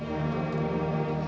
and